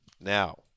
Now